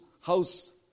house